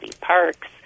parks